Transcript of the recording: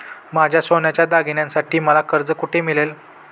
माझ्या सोन्याच्या दागिन्यांसाठी मला कर्ज कुठे मिळेल?